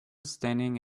standing